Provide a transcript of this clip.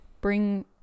bring